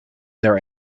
their